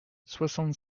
soixante